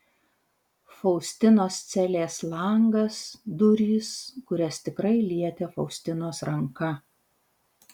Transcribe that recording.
faustinos celės langas durys kurias tikrai lietė faustinos ranka